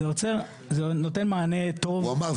זה נותן מענה טוב --- הוא אמר,